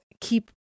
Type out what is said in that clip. keep